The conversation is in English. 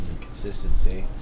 Consistency